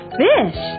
fish